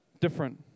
different